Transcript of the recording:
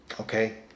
okay